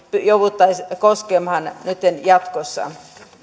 jouduttaisi koskemaan jatkossa